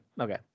Okay